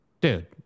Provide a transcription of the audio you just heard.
Dude